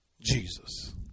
Jesus